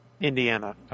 Indiana